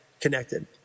connected